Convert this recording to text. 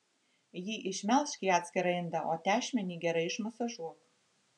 jį išmelžk į atskirą indą o tešmenį gerai išmasažuok